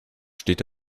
steht